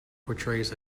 portrays